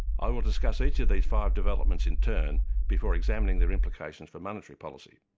i will discuss each of these five developments in turn before examining their implications for monetary policy.